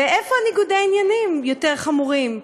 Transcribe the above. איפה ניגודי העניינים יותר חמורים,